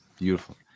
Beautiful